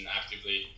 actively